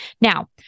Now